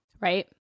right